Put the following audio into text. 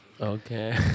okay